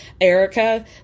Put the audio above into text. Erica